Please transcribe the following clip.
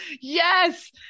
yes